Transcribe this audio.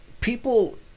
people